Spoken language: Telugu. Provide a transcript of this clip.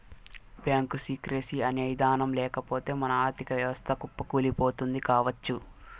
బ్యాంకు సీక్రెసీ అనే ఇదానం లేకపోతె మన ఆర్ధిక వ్యవస్థ కుప్పకూలిపోతుంది కావచ్చు